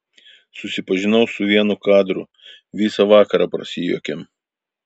susipažinau su vienu kadru visą vakarą prasijuokėm